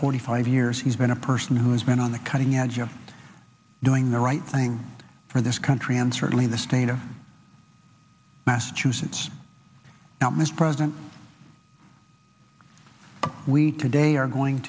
forty five years he's been a person who has been on the cutting edge of doing the right thing for this country and certainly in the state of massachusetts now mr president we today are going